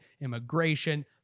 immigration